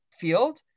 field